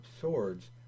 Swords